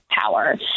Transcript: power